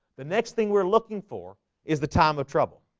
the next thing we're looking for is the time of trouble